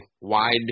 wide